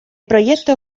proyecto